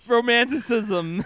Romanticism